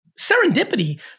Serendipity